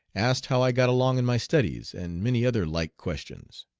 asked how i got along in my studies, and many other like questions.